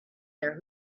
their